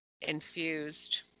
infused